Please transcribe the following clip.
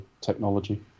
technology